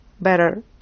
better